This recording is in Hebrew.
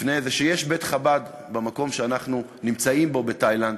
לפני כן הוא שיש בית-חב"ד במקום שבו אנחנו נמצאים בתאילנד